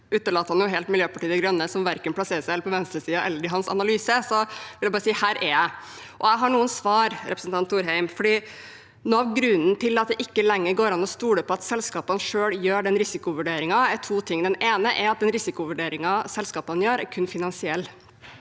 utelater helt Miljøpartiet de Grønne som er plassert verken på venstresiden eller i hans analyse. Jeg vil bare si: Her er jeg, og jeg har noen svar til representanten Thorheim. Noe av grunnen til at det ikke lenger går an å stole på at selskapene selv gjør den risikovurderingen, er to ting. Det ene er at den risikovurderingen selskapene gjør, kun er finansiell.